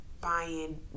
buying